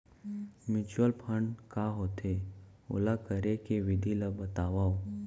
mutual fund का होथे, ओला करे के विधि ला बतावव